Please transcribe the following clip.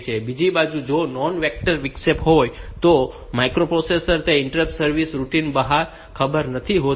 બીજી બાજુ જો તે નોન વેક્ટર વિક્ષેપ હોય તો માઇક્રોપ્રોસેસર ને ઇન્ટરપ્ટ સર્વિસ રૂટિન ખબર નથી હોતી